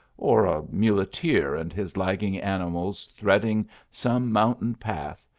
or a muleteer and his lagging animals thread ing some mountain path,